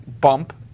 bump